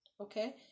Okay